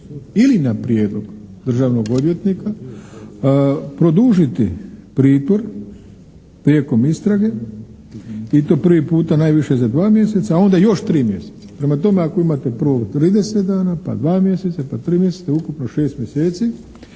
ili na prijedlog državnog odvjetnika produžiti pritvor prilikom istrage i to prvi puta najviše za dva mjeseca a onda još tri mjeseca. Prema tome, ako imate prvo 30 dana, pa 2 mjeseca, pa 3 mjeseca, ukupno 6 mjeseci